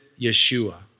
Yeshua